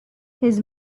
his